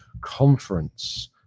conference